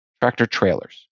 tractor-trailers